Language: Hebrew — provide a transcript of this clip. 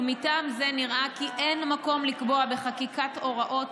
ומטעם זה נראה כי אין מקום לקבוע בחקיקה הוראות